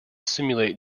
simulate